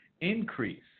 increase